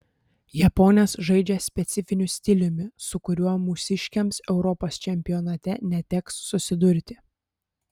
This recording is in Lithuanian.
japonės žaidžia specifiniu stiliumi su kuriuo mūsiškėms europos čempionate neteks susidurti